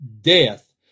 death